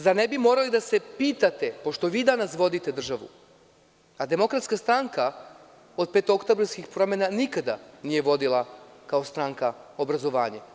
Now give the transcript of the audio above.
Zar ne bi morali da se pitate, pošto vi danas vodite državu, a DS od petookotbarskih promena nikada nije vodila kao stranka obrazovanje.